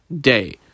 day